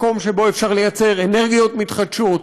מקום שבו אפשר לייצר אנרגיות מתחדשות,